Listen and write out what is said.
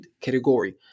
category